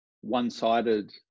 one-sided